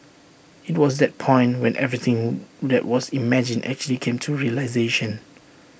IT was that point when everything that was imagined actually came to realisation